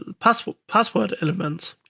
password password elements.